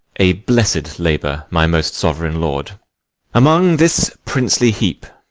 a blessed labour, my most sovereign lord among this princely heap,